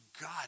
God